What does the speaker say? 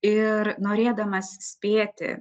ir norėdamas spėti